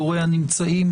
הוריה נמצאים